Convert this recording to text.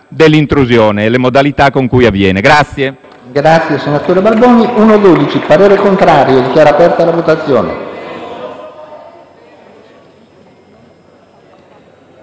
dell'intrusione e alle modalità con cui avviene.